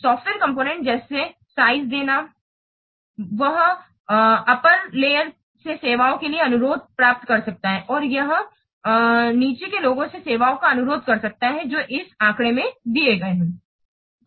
software component जिसे size देना है वह ऊपर की परतों से सेवाओं के लिए अनुरोध प्राप्त कर सकता है और यह नीचे के लोगों से सेवाओं का अनुरोध कर सकता है जो इस आंकड़े में दिखाया गया है